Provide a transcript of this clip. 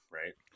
right